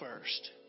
first